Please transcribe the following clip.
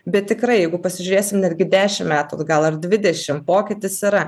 bet tikrai jeigu pasižiūrėsim netgi dešim metų atgal ar dvidešim pokytis yra